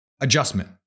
adjustment